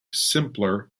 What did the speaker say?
simpler